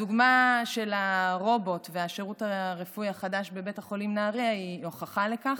הדוגמה של הרובוט והשירות הרפואי החדש בבית החולים נהריה היא הוכחה לכך,